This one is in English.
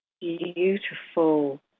Beautiful